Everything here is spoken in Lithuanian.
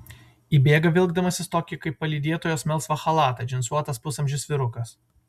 įbėga vilkdamasis tokį kaip palydėtojos melsvą chalatą džinsuotas pusamžis vyrukas